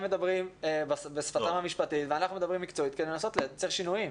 הם דיברו בשפתם המשפטית ואנחנו דיברנו מקצועית כדי לנסות לייצר שינויים.